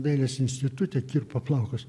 dailės institute kirpo plaukus